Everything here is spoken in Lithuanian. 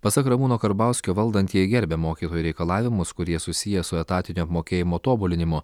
pasak ramūno karbauskio valdantieji gerbia mokytojų reikalavimus kurie susiję su etatinio apmokėjimo tobulinimu